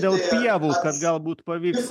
dėl pievų kad galbūt pavyks